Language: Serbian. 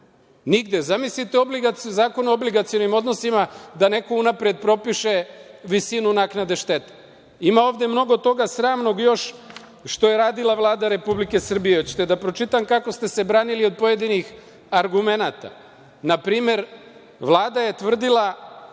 unapred. Zamislite Zakon o obligacionim odnosima i da neko unapred propiše visinu naknade štete. Ima ovde mnogo toga sramnog što je radila Vlada Republike Srbije. Hoćete li da pročitam kako ste se branili od pojedinih argumenata? Na primer, Vlada je tvrdila